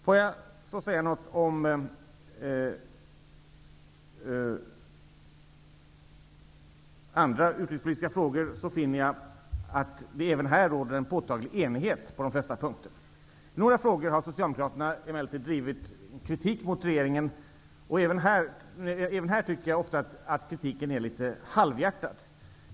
Låt mig sedan säga några ord om andra utrikespolitiska frågor. Jag finner att det även här råder en påtaglig enighet på de flesta punkter. I några frågor har Socialdemokraterna emellertid drivit kritik mot regeringen, men även här tycker jag ofta att kritiken är litet halvhjärtad.